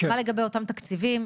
מה לגבי אותם תקציבים?